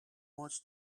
much